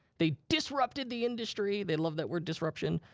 they disrupted the industry, they love that word, disruption,